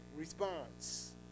response